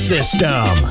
System